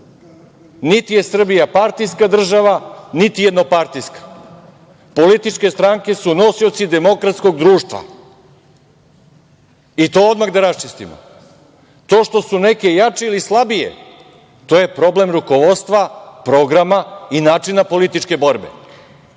Niti je Srbija partijska država, niti jednopartijska. Političke stranke su nosioci demokratskog društva i to odmah da raščistimo. To što su neke jače ili slabije, to je problem rukovodstva, programa i načina političke borbe.